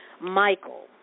Michael